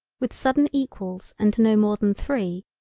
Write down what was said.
with sudden equals and no more than three,